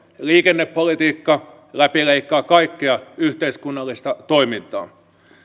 liikennepolitiikka läpileikkaa kaikkea yhteiskunnallista toimintaa